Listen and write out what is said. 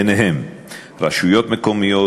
וביניהם רשויות מקומיות,